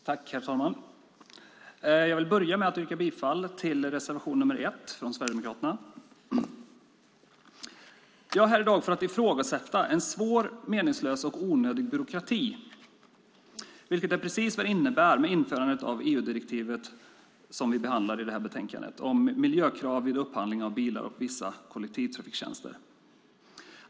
Herr talman! Jag vill börja med att yrka bifall till reservation 1 från Sverigedemokraterna. Jag är här i dag för att ifrågasätta en svår, meningslös och onödig byråkrati, vilket är precis vad införandet av EU-direktivet om miljökrav vid upphandling av bilar och vissa kollektivtrafiktjänster, som behandlas i betänkandet, innebär.